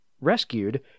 rescued